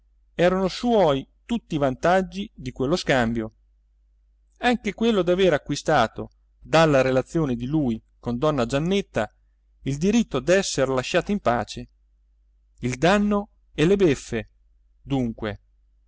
erano suoi tutti i vantaggi di quello scambio anche quello d'aver acquistato dalla relazione di lui con donna giannetta il diritto d'esser lasciato in pace il danno e le beffe dunque